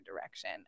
direction